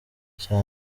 cya